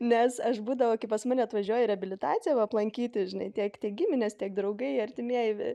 nes aš būdavo kai pas mane atvažiuoja į reabilitaciją aplankyti žinai tiek giminės tiek draugai artimieji